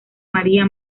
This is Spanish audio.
maría